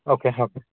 okay okay